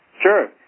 Sure